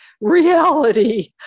reality